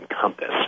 compass